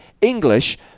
English